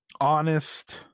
honest